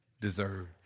deserve